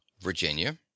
Virginia